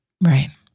Right